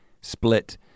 split